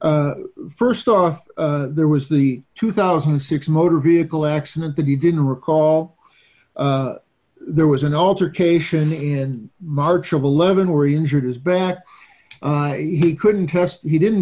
first off there was the two thousand and six motor vehicle accident that he didn't recall there was an altercation in march of eleven where he injured his back he couldn't test he didn't